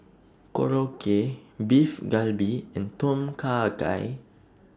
Korokke Beef Galbi and Tom Kha Gai